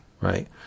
right